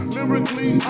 Lyrically